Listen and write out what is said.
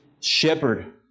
shepherd